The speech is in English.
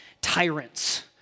tyrants